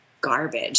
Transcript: garbage